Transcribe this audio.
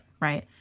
Right